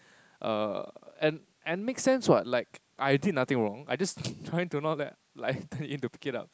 err and and makes sense what like I did nothing wrong I just trying to not let like telling him to pick it up